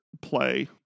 play